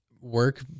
Work